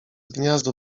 gniazdo